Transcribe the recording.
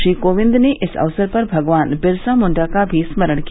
श्री कोविंद ने इस अवसर पर भगवान बिरसा मुंडा का भी स्मरण किया